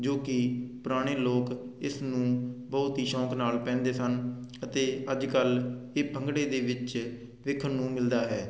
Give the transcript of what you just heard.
ਜੋ ਕੀ ਪੁਰਾਣੇ ਲੋਕ ਇਸ ਨੂੰ ਬਹੁਤ ਹੀ ਸ਼ੌਂਕ ਨਾਲ ਪਹਿਨਦੇ ਸਨ ਅਤੇ ਅੱਜ ਕੱਲ ਇਹ ਭੰਗੜੇ ਦੇ ਵਿੱਚ ਵੇਖਣ ਨੂੰ ਮਿਲਦਾ ਹੈ